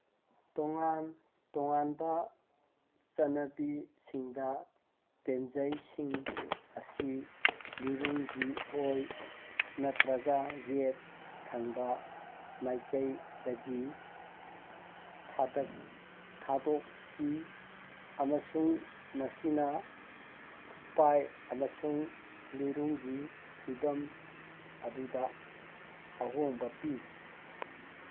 ꯇꯣꯉꯥꯟ ꯇꯣꯉꯥꯟꯕ ꯆꯠꯅꯕꯤꯁꯤꯡꯗ ꯇꯦꯟꯖꯩꯁꯤꯡ ꯑꯁꯤ ꯂꯤꯔꯨꯡꯒꯤ ꯑꯣꯏ ꯅꯠꯇ꯭ꯔꯒ ꯌꯦꯠ ꯊꯪꯕ ꯃꯥꯏꯀꯩꯗꯒꯤ ꯊꯥꯗꯣꯛꯈꯤ ꯑꯃꯁꯨꯡ ꯃꯁꯤꯅ ꯈꯨꯠꯄꯥꯏ ꯑꯃꯁꯨꯡ ꯂꯤꯔꯨꯡꯒꯤ ꯐꯤꯕꯝ ꯑꯗꯨꯗ ꯑꯍꯣꯡꯕ ꯄꯤ